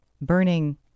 burning